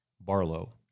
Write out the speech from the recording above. Barlow